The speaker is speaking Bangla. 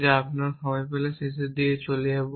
যা আমরা সময় পেলে শেষের দিকে চলে যাব